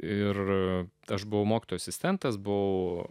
ir aš buvau mokslo asistentas buvo